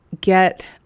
get